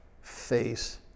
face